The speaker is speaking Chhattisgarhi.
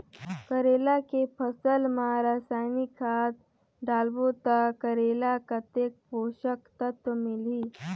करेला के फसल मा रसायनिक खाद डालबो ता करेला कतेक पोषक तत्व मिलही?